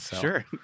sure